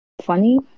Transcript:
funny